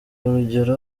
urugero